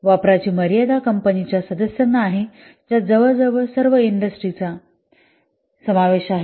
वापराची मर्यादा कंपनिच्या सदस्या ना आहे ज्यात जवळजवळ सर्व इंडस्ट्री क्षेत्रांचा समावेश आहे